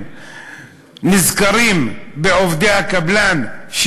נזכרים בעובדי הקבלן,